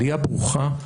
עלייה ברוכה,